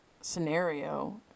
scenario